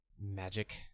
magic